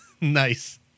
nice